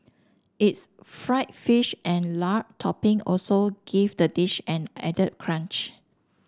its fried fish and lard topping also give the dish an added crunch